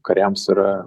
kariams yra